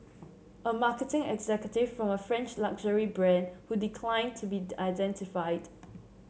a marketing executive from a French luxury brand who declined to be identified